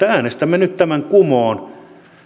äänestämme nyt tämän kumoon